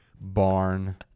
barn